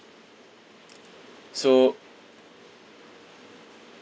so